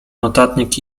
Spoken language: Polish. notatnik